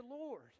Lord